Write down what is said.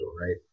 right